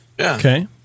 Okay